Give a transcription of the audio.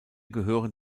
gehören